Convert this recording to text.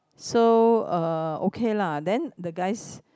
so uh okay lah then the guys